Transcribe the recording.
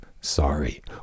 Sorry